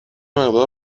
مقدار